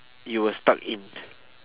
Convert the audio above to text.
you were stuck in